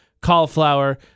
cauliflower